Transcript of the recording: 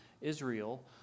Israel